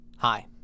Hi